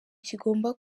kigomba